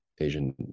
Asian